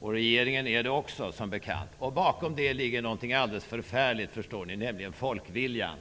Regeringen är, som bekant, också beroende av Ny demokrati. Bakom detta ligger något alldeles förfärligt, förstår ni, nämligen folkviljan.